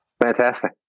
Fantastic